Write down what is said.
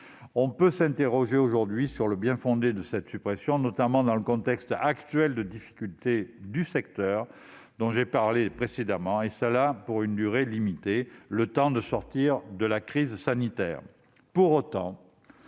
on peut s'interroger sur le bien-fondé de cette suppression, notamment dans le contexte de difficultés actuelles du secteur, dont j'ai parlé précédemment, et ce pour une durée limitée, le temps de sortir de la crise sanitaire.